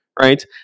right